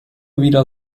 wieder